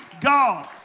God